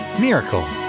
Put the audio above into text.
Miracle